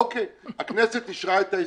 אוקיי, הכנסת אישרה את ההסכם.